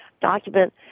document